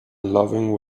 loving